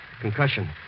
Concussion